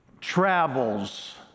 travels